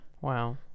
wow